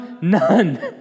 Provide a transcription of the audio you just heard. none